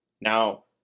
Now